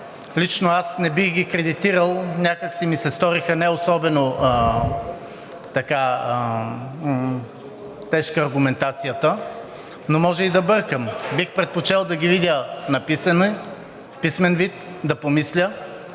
Лично аз не бих ги кредитирал, някак си ми се стори, не особено тежка аргументацията. Може и да бъркам. Бих предпочел да ги видя написани, в писмен вид, да помисля.